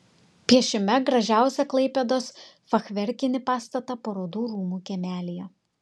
piešime gražiausią klaipėdos fachverkinį pastatą parodų rūmų kiemelyje